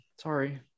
sorry